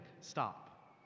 Stop